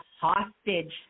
hostage